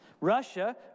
Russia